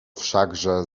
wszakże